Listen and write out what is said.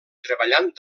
treballant